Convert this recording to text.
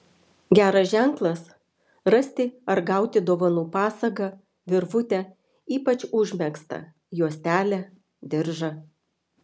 geras ženklas rasti ar gauti dovanų pasagą virvutę ypač užmegztą juostelę diržą